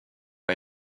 der